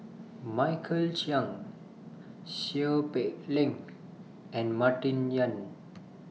Michael Chiang Seow Peck Leng and Martin Yan